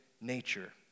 nature